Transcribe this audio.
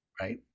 right